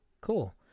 cool